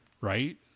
right